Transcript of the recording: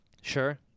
sure